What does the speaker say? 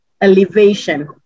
elevation